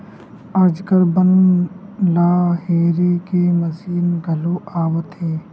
आजकाल बन ल हेरे के मसीन घलो आवत हे